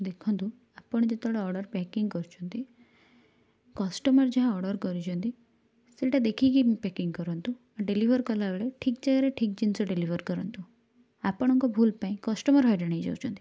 ଦେଖନ୍ତୁ ଆପଣ ଯେତେବେଳେ ଅର୍ଡ଼ର ପ୍ୟାକିଂ କରୁଛନ୍ତି କଷ୍ଟମର୍ ଯାହା ଅର୍ଡ଼ର କରିଛନ୍ତି ସେଇଟା ଦେଖିକି ପ୍ୟାକିଂ କରନ୍ତୁ ଡେଲିଭର୍ କଲାବେଳେ ଠିକ୍ ଜାଗାରେ ଠିକ୍ ଜିନିଷ ଡେଲିଭର୍ କରନ୍ତୁ ଆପଣଙ୍କ ଭୁଲ୍ ପାଇଁ କଷ୍ଟମର୍ ହଇରାଣ ହେଇଯାଉଛନ୍ତି